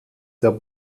der